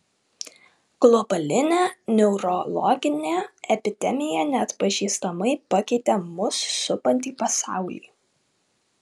globalinė neurologinė epidemija neatpažįstamai pakeitė mus supantį pasaulį